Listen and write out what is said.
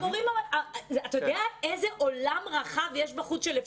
אתה יודע איזה עולם רחב יש בחוץ ואיזה